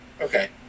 Okay